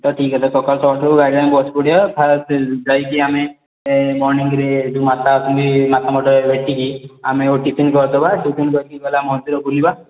ତ ଠିକ୍ ହେଲା ସକାଳ ଛଅଟାରୁ ଗାଡ଼ିରେ ଆମେ ବସିପଡ଼ିବା ଯାଇକି ଆମେ ମର୍ଣ୍ଣିଙ୍ଗରେ ଯେଉଁ ମାତା ଅଛନ୍ତି ମାତାମଠରେ ଭେଟିକି ଆମେ ଆଉ ଟିଫିନ୍ କରିଦେବା ଟିଫିନ୍ କରିକି ଗଲେ ମନ୍ଦିର ବୁଲିବା